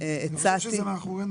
ואז אם בעל התחנה מוכר,